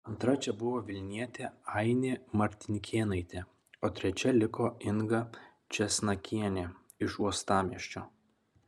antra čia buvo vilnietė ainė martinkėnaitė o trečia liko inga česnakienė iš uostamiesčio